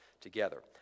together